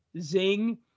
zing